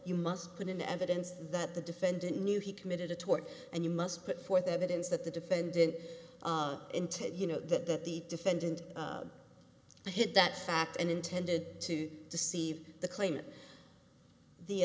you must put into evidence that the defendant knew he committed a tort and you must put forth evidence that the defendant into you know that that the defendant hit that fact and intended to deceive the claimant the